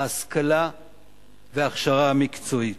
ההשכלה וההכשרה המקצועית.